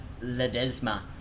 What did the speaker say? Ledesma